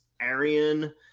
arian